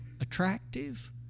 attractive